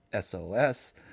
SOS